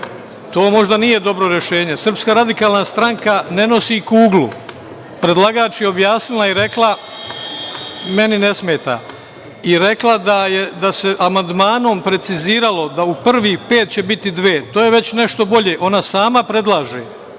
to možda nije dobro rešenje. Srpska radikalna stranka ne nosi kuglu. Predlagač je objasnila i rekla da se amandmanom preciziralo da u prvih pet će biti dve. To je već nešto bolje, ona sama predlaže,